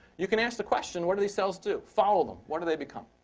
you can ask the question, what do these cells do? follow them. what do they become?